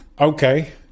Okay